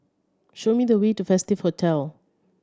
show me the way to Festive Hotel